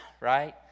right